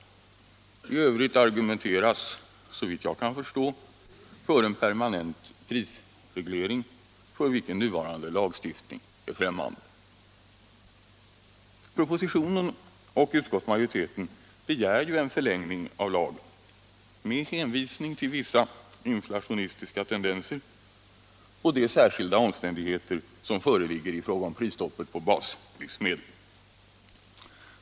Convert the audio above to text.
I övrigt argumenteras för en permanent prisreglering, för vilken nuvarande lagstiftning är främmande. Propositionen och utskottsmajoriteten begär en förlängning av lagen med hänvisning till vissa inflationistiska tendenser och de särskilda omständigheter som föreligger i fråga om prisstoppet på baslivsmedel.